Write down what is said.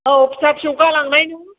औ फिसा फिसौ गालांनायना